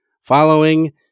following